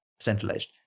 centralized